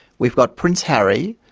we've got prince harry,